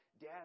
Dad